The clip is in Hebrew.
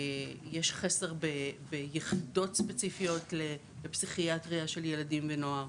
יש חסר ביחידות ספציפיות לפסיכיאטריה של ילדים ונוער,